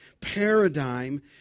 paradigm